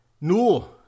no